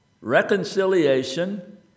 Reconciliation